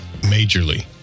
majorly